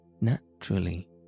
naturally